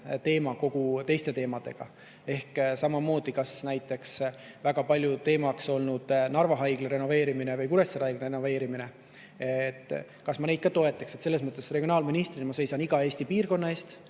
teema koos teiste teemadega. Ehk siis samamoodi: kas näiteks väga palju teemaks olnud Narva Haigla renoveerimine või Kuressaare Haigla renoveerimine, kas ma neid ka toetaks? Regionaalministrina ma seisan iga Eesti piirkonna eest,